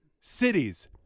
cities